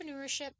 entrepreneurship